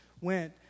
went